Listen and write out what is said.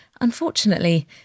Unfortunately